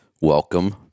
Welcome